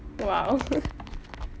!wow!